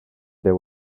there